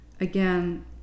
again